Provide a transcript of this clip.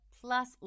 plus